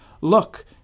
Look